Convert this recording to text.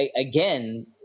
again